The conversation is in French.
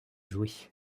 jouées